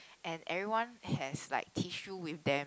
and everyone has like tissue with them